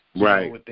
right